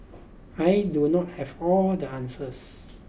I do not have all the answers